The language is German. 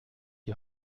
die